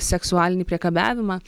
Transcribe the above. seksualinį priekabiavimą